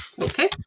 Okay